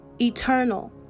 eternal